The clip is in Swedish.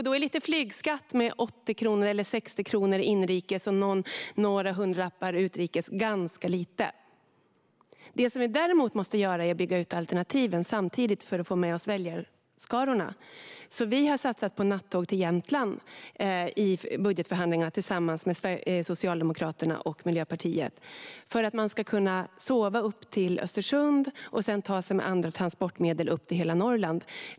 Då är en flygskatt om 60-80 kronor inrikes och några hundralappar utrikes ganska lite. Det som däremot måste göras är att bygga ut alternativen för att få med väljarskarorna. Vi har satsat på nattåg till Jämtland i budgetförhandlingarna tillsammans med Socialdemokraterna och Miljöpartiet. Då kan man sova upp till Östersund och sedan ta sig med andra transportmedel upp till hela Norrland.